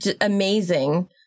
amazing